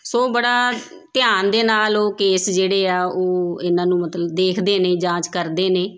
ਸੋ ਬੜਾ ਧਿਆਨ ਦੇ ਨਾਲ ਉਹ ਕੇਸ ਜਿਹੜੇ ਆ ਉਹ ਇਹਨਾਂ ਨੂੰ ਮਤਲਬ ਦੇਖਦੇ ਨੇ ਜਾਂਚ ਕਰਦੇ ਨੇ